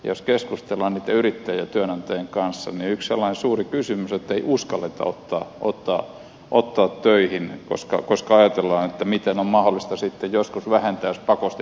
jos keskustellaan niitten yrittäjien ja työnantajien kanssa niin yksi sellainen suuri kysymys on ettei uskalleta ottaa töihin koska ajatellaan että miten on mahdollista sitten joskus vähentää jos pakosti joutuu tekemään